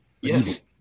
Yes